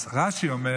רש"י אומר